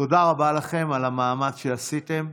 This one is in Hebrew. תודה רבה לכם על המאמץ שעשיתם.